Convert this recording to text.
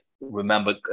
remember